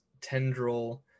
tendril